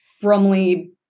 brumley